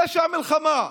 פשע מלחמה.